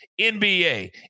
NBA